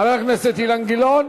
חבר הכנסת אילן גילאון,